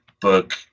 book